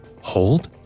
hold